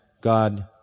God